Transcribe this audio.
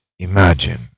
Imagine